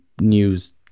news